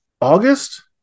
August